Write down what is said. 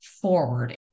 forward